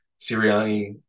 Sirianni